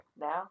Now